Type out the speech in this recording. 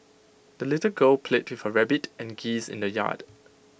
the little girl played with her rabbit and geese in the yard